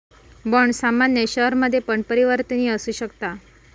bond सामान्य शेयरमध्ये पण परिवर्तनीय असु शकता